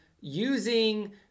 using